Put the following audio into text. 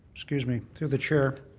excuse me, to the chair.